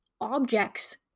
objects